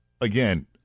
again